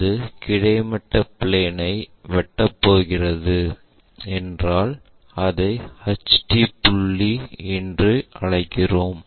அது கிடைமட்ட பிளேன் ஐ வெட்டப் போகிறது என்றால் அதை HT புள்ளி என்று அழைக்கிறோம்